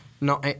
No